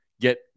get